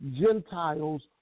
Gentiles